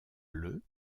bleu